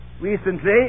recently